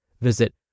Visit